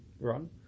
run